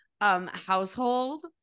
household